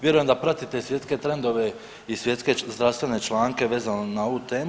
Vjerujem da pratite i svjetske trendove i svjetske zdravstvene članke vezano na ovu temu.